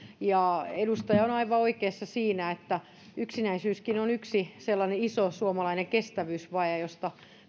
edustaja on aivan oikeassa siinä että yksinäisyyskin on yksi sellainen iso suomalainen kestävyysvaje josta